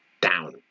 down